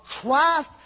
Christ